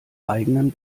eigenen